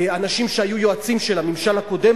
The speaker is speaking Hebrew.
אנשים שהיו יועצים של הממשל הקודם,